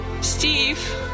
steve